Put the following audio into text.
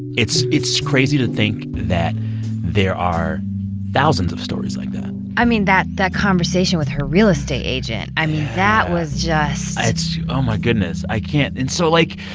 it's it's crazy to think that there are thousands of stories like that i mean, that that conversation with her real estate agent i mean, that was just. yeah. oh, my goodness i can't and so, like,